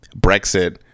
Brexit